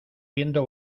viendo